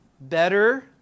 better